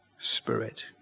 Spirit